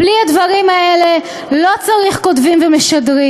"בלי הדברים האלה לא צריך כותבים ומשדרים.